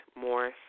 more